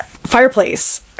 fireplace